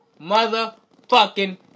motherfucking